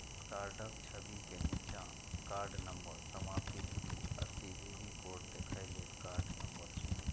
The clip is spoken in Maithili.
कार्डक छवि के निच्चा कार्ड नंबर, समाप्ति तिथि आ सी.वी.वी कोड देखै लेल कार्ड नंबर चुनू